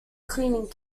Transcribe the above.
cleaning